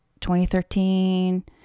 2013